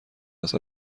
است